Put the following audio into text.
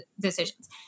decisions